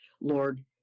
Lord